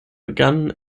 begann